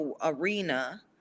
Arena